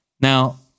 now